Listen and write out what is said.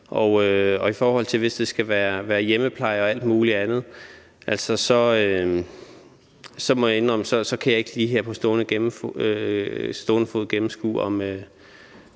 dag. I forhold til om det skal være hjemmepleje og alt mulig andet, må jeg indrømme, at jeg ikke lige her på stående fod kan gennemskue, om